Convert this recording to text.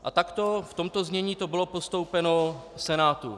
A takto, v tomto znění, to bylo postoupeno Senátu.